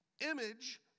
image